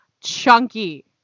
chunky